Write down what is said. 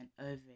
over